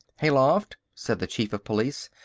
hayloft, said the chief of police,